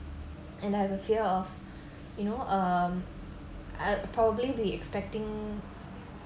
and I have a fear of you know um I'll probably be expecting